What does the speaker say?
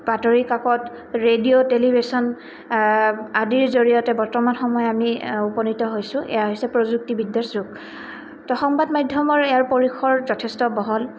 বাতৰি কাকত radio television আদিৰ জৰিয়তে বৰ্তমান সময় আমি উপনীত হৈছোঁ এয়া হৈছে প্ৰযুক্তিবিদ্যাৰ যোগ ত' সংবাদ মাধ্যমৰ ইয়াৰ পৰিসৰ যথেষ্ট বহল